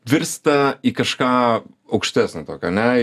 virsta į kažką aukštesnio tokio ane